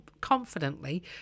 confidently